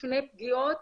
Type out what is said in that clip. בפני פגיעות,